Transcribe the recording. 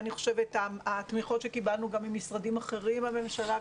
התמיכות שקיבלנו גם ממשרדים אחרים בממשלה,